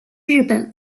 日本